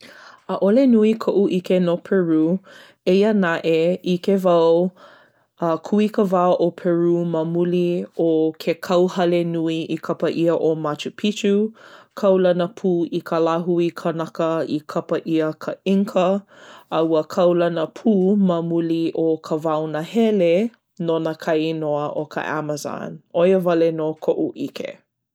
ʻAʻole nui koʻu ʻike no Peru. Eia naʻe, ʻike wau a kūikawā ʻo Peru ma muli ke kauhale nui i kapa ʻia ʻo Machu Picchu. Kaulana pū i ka lāhui kanaka i kapa ʻia ka Inca. A ua kaulana pū ma muli o ka wao nahele nona ka inoa ʻo ka Amazon. ʻO ia wale nō koʻu ʻike.